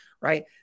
right